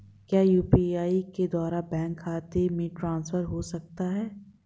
क्या यू.पी.आई के द्वारा बैंक खाते में ट्रैन्ज़ैक्शन हो सकता है?